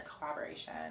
collaboration